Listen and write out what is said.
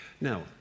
Now